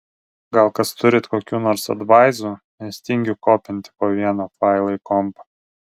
gal kas turit kokių nors advaizų nes tingiu kopinti po vieną failą į kompą